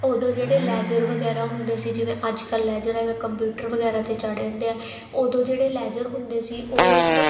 ਉਦੋਂ ਜਿਹੜੇ ਲੈਜਰ ਵਗੈਰਾ ਹੁੰਦੇ ਸੀ ਜਿਵੇਂ ਅੱਜ ਕੱਲ੍ਹ ਲੈਜਰ ਹੈਗਾ ਕੰਪਿਊਟਰ ਵਗੈਰਾ 'ਤੇ ਚਾੜੇ ਜਾਂਦੇ ਆ ਉਦੋਂ ਜਿਹੜੇ ਲੈਜਰ ਹੁੰਦੇ ਸੀ ਉਹ ਇੱਕ